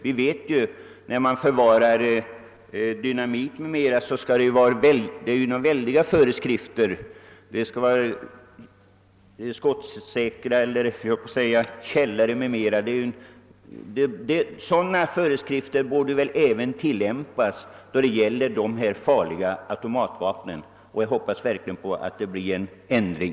Vi vet ju att för förvaring av dynamit och andra sprängämnen gäller ytterst stränga föreskrifter — det krävs nära nog skottsäkra källare — och sådana bestämmelser borde väl tillämpas även då det gäller de farliga automatvapnen. Jag hoppas verkligen att det blir en ändring.